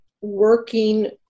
working